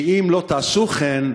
אם לא תעשו כן,